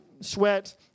sweat